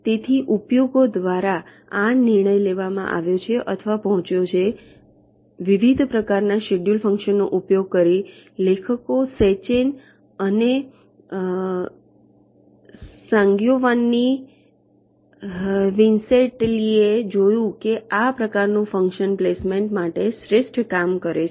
તેથી પ્રયોગો દ્વારા આ નિર્ણય લેવામાં આવ્યો છે અથવા પહોંચ્યો છે તેથી વિવિધ પ્રકારનાં શેડ્યૂલ ફંક્શન નો ઉપયોગ કરીને લેખકો સેચેન અને સાંગિઓવાન્ની વિન્સેંટેલી એ જોયું કે આ પ્રકારનું ફંક્શન પ્લેસમેન્ટ માટે શ્રેષ્ઠ કામ કરે છે